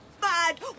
Bad